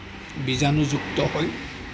বীজাণুযুক্ত হয়